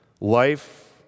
Life